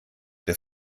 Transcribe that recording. der